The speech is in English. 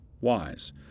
wise